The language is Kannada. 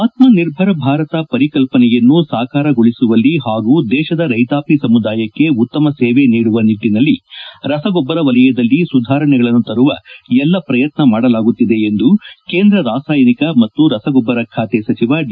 ಆತ್ಮನಿರ್ಭರ ಭಾರತ ಪರಿಕಲ್ಪನೆಯನ್ನು ಸಾಕಾರಗೊಳಿಸುವಲ್ಲಿ ಹಾಗೂ ದೇಶದ ರೈತಾಪಿ ಸಮುದಾಯಕ್ಕೆ ಉತ್ತಮ ಸೇವೆ ನೀಡುವ ನಿಟ್ಟಿನಲ್ಲಿ ರಸಗೊಬ್ಬರ ವಲಯದಲ್ಲಿ ಸುಧಾರಣೆಗಳನ್ನು ತರುವ ಎಲ್ಲಾ ಪ್ರಯತ್ನ ಮಾಡಲಾಗುತ್ತಿದೆ ಎಂದು ಕೇಂದ್ರ ರಾಸಾಯನಿಕ ಮತ್ತು ರಸಗೊಬ್ಬರ ಖಾತೆ ಸಚಿವ ಡಿ